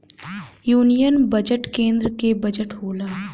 union budget केन्द्र के budget होला